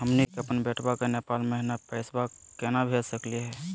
हमनी के अपन बेटवा क नेपाल महिना पैसवा केना भेज सकली हे?